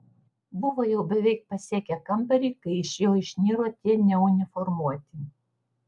buvo jau beveik pasiekę kambarį kai iš jo išniro tie neuniformuoti